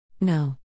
No